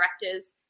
directors